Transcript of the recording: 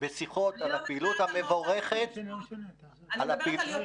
את הפעילות המבורכת --- אני לא מדברת על המועצה האזורית אשכול,